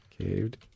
caved